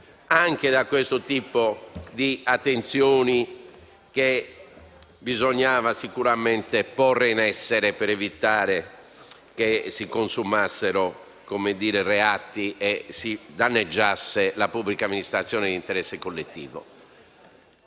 anche da questo tipo di attenzioni, che bisognava sicuramente porre in essere per evitare che si consumassero reati e che si danneggiassero la pubblica amministrazione e l'interesse collettivo.